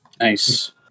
Nice